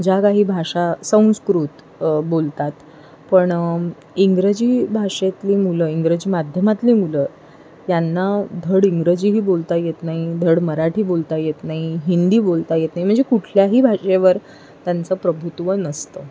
ज्या काही भाषा संस्कृत बोलतात पण इंग्रजी भाषेतली मुलं इंग्रजी माध्यमातली मुलं यांना धड इंग्रजी ही बोलता येत नाही धड मराठी बोलता येत नाही हिंदी बोलता येत नाही म्हणजे कुठल्याही भाषेवर त्यांचं प्रभुत्व नसतं